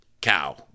cow